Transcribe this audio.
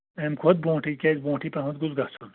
اَمہِ کھۄتہٕ برٛونٛٹھٕے کیٛازِ برٛونٛٹھٕے پَہمَتھ گوٚژھ گژھُن